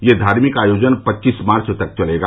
यह धार्मिक आयोजन पच्चीस मार्च तक चलेगा